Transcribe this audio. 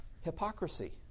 hypocrisy